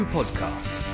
Podcast